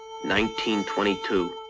1922